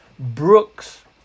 brooks